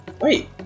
Wait